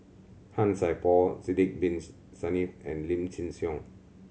Han Sai Por Sidek Bin Saniff and Lim Chin Siong